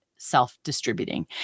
Self-distributing